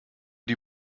die